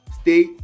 Stay